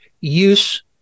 use